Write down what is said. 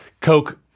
Coke